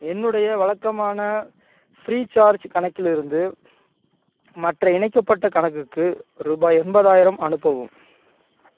என்னுடைய வழக்கமான ஃப்ரீசார்ஜ் கணக்கிலிருந்து மற்ற இணைக்கப்பட்ட கணக்குக்கு ரூபாய் எண்பதாயிரம் அனுப்பவும்